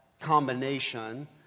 combination